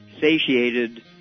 satiated